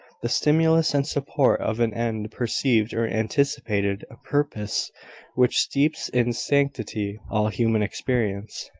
the stimulus and support of an end perceived or anticipated a purpose which steeps in sanctity all human experience.